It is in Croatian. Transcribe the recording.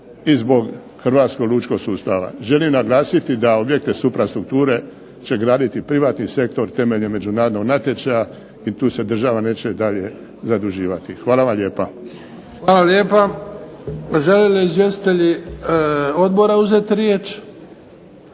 Hvala vam lijepa.